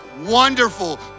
wonderful